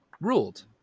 ruled